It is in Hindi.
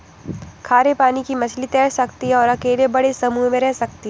खारे पानी की मछली तैर सकती है और अकेले बड़े समूह में रह सकती है